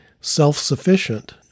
self-sufficient